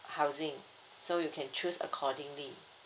housing so you can choose accordingly